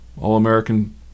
all-American